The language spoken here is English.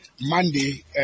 Monday